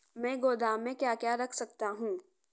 मैं गोदाम में क्या क्या रख सकता हूँ?